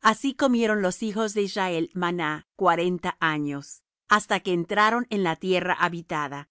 así comieron los hijos de israel maná cuarenta años hasta que entraron en la tierra habitada